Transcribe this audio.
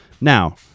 now